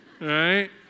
right